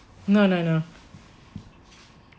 no no no